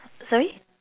sorry